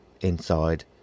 inside